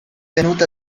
venut